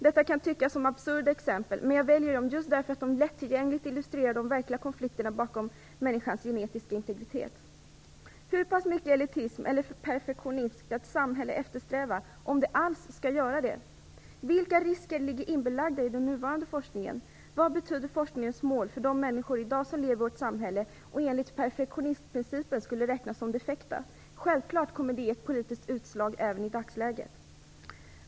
Detta kan tyckas vara absurda exempel, men jag väljer dem just därför att de lättillgängligt illustrerar de verkliga konflikterna bakom människans genetiska integritet. Hur pass mycket elitism eller perfektionism skall ett samhälle eftersträva om det alls skall göra det? Vilka risker finns med den nuvarande forskningen? Vad betyder forskningens mål för de människor som i dag lever i vårt samhälle och enligt perfektionistprincipen skulle räknas som defekta? Självklart kommer detta att ge ett politiskt utslag även i dagsläget.